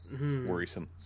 Worrisome